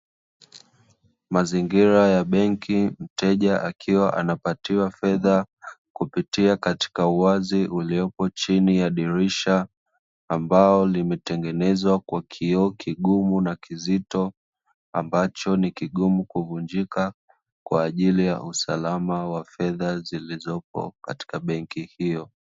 Mazingira ya benki mteja akiwa anapatiwa fedha kupitia katika uwazi uliopo chini ya dirisha, ambayo limetengenezwa kwa kioo kigumu na kizito, ambacho ni kigumu kuvunjika kwa ajili ya usalama wa fedha zilizopo katika benki hiyo.